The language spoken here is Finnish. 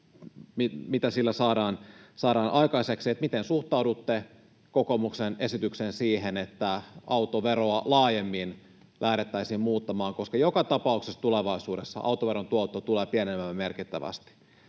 nyt saadaan aikaiseksi? Miten suhtaudutte kokoomuksen esitykseen, siihen, että autoveroa laajemmin lähdettäisiin muuttamaan, koska joka tapauksessa tulevaisuudessa autoveron tuotto tulee pienenemään merkittävästi?